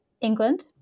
England